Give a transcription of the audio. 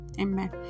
Amen